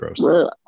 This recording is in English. gross